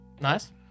Nice